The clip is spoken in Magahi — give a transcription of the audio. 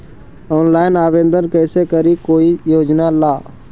ऑनलाइन आवेदन कैसे करी कोई योजना ला?